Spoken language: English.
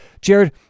Jared